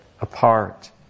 apart